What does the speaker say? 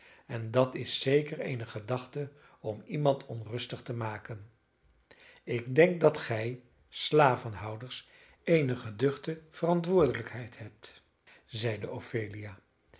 en dat is zeker eene gedachte om iemand onrustig te maken ik denk dat gij slavenhouders eene geduchte verantwoordelijkheid hebt zeide ophelia